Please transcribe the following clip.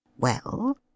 Well